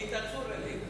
כי תצור אל עיר.